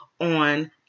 on